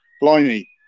blimey